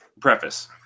Preface